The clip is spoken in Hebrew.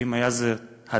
האם היה זה הדיכוי?